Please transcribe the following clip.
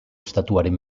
estatuaren